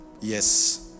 yes